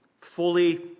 fully